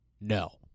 no